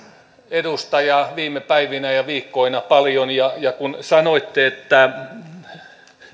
edustaja tätä viime päivinä ja viikkoina paljon ja ja kun sanoitte että